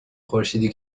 خورشیدی